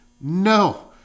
No